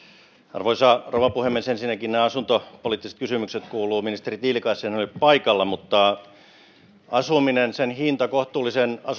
arvoisa rouva puhemies ensinnäkin nämä asuntopoliittiset kysymykset kuuluvat ministeri tiilikaiselle hän ei ole paikalla asuminen sen hinta kohtuullisen